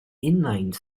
inline